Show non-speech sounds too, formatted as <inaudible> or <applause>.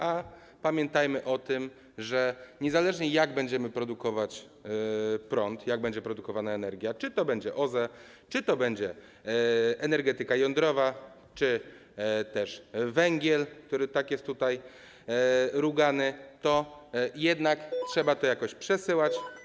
A pamiętajmy o tym, że niezależnie od tego, jak będziemy produkować prąd, jak będzie produkowana energia, czy to będzie OZE, czy to będzie energetyka jądrowa, czy też węgiel, który tak jest tutaj rugany, to jednak trzeba <noise> to jakoś przesyłać.